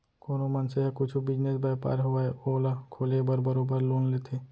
कोनो मनसे ह कुछु बिजनेस, बयपार होवय ओला खोले बर बरोबर लोन लेथे